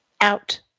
out